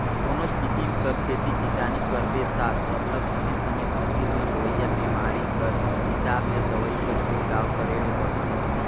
कोनोच किसिम कर खेती किसानी करबे ता सरलग समे समे फसिल में होवइया बेमारी कर हिसाब ले दवई कर छिड़काव करे ले परथे